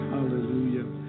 Hallelujah